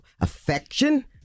affection